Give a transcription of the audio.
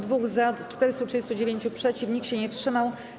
2 - za, 439 - przeciw, nikt się nie wstrzymał.